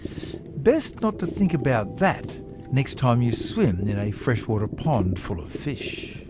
best not to think about that next time you swim in a freshwater pond full of fish.